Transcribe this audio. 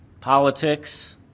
politics